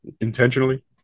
Intentionally